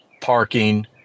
parking